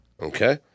Okay